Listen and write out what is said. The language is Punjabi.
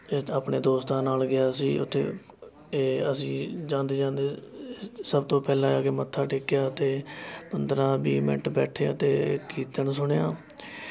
ਆਪਣੇ ਦੋਸਤਾਂ ਨਾਲ ਗਿਆ ਸੀ ਉੱਥੇ ਏ ਅਸੀਂ ਜਾਂਦੇ ਜਾਂਦੇ ਸਭ ਤੋਂ ਪਹਿਲਾਂ ਆ ਕੇ ਮੱਥਾ ਟੇਕਿਆ ਅਤੇ ਪੰਦਰ੍ਹਾਂ ਵੀਹ ਮਿੰਟ ਬੈਠੇ ਆ ਅਤੇ ਕੀਰਤਨ ਸੁਣਿਆ